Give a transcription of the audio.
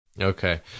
Okay